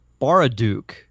Baraduke